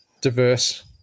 diverse